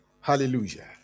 Hallelujah